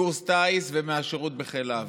מקורס טיס ומהשירות בחיל האוויר,